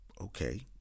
Okay